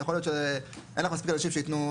יכול להיות שאין לך מספיק אנשים שייתנו,